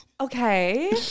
Okay